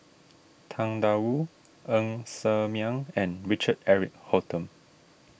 Tang Da Wu Ng Ser Miang and Richard Eric Holttum